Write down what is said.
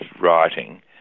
writing